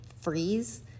freeze